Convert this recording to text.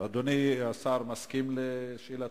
אדוני השר מסכים לשאלתו?